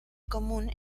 común